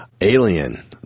Alien